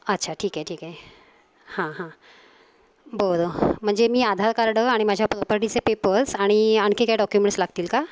अच्छा ठीक आहे ठीक आहे हां हां बय म्हणजे मी आधार कार्ड आणि माझ्या प्रॉपर्टीचे पेपर्स आणि आणखी काय डॉक्युमेंट्स लागतील का